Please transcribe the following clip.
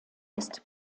ist